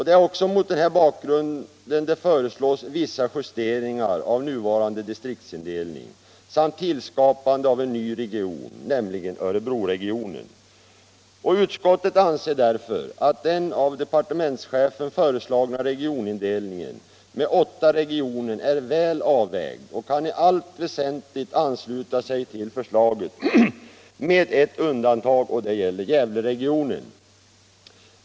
Det är också mot den bakgrunden :'det föreslås vissa justeringar av nuvarande distriktsindelning samt tillskapande av en ny region, nämligen Örebroregionen. Utskottet anser därför att den av departementschefen föreslagna regionindelningen med 'åtta regioner är väl avvägd och kan i allt väsentligt ansluta sig till förslaget med ett undantag och det gäller Gävleregionen.